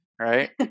right